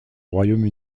royaume